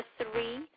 three